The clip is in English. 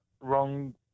wrong